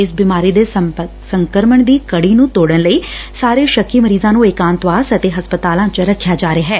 ਇਸ ਬਿਮਾਰੀ ਦੇ ਸੰਕਰਮਣ ਦੀ ਕੜੀ ਨੂੰ ਤੋੜਣ ਲਈ ਸਾਰੇ ਸ਼ੱਕੀ ਮਰੀਜ਼ਾਂ ਨੂੰ ਏਕਾਂਤਵਾਸ ਅਤੇ ਹਸਪਤਾਲਾਂ ਚ ਰੱਖਿਆ ਜਾ ਰਿਹੈ